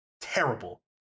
Terrible